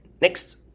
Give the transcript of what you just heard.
Next